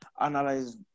analyze